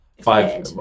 Five